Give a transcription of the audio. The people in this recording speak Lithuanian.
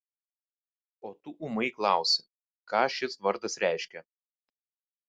o tu ūmai klausi ką šis vardas reiškia